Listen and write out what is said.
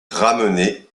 ramenée